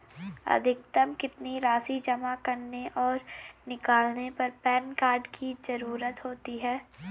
अधिकतम कितनी राशि जमा करने और निकालने पर पैन कार्ड की ज़रूरत होती है?